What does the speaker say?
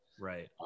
right